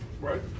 Right